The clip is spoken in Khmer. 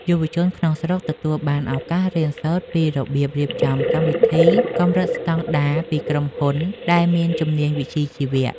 យុវជនក្នុងស្រុកទទួលបានឱកាសរៀនសូត្រពីរបៀបរៀបចំកម្មវិធីកម្រិតស្តង់ដារពីក្រុមហ៊ុនដែលមានជំនាញវិជ្ជាជីវៈ។